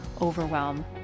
overwhelm